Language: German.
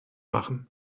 machen